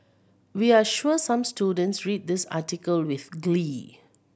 we're sure some students read this article with glee